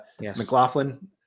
McLaughlin